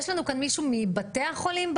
יש לנו כאן מישהו מבתי החולים?